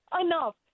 enough